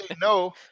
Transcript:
no